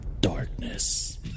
darkness